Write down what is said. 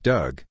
Doug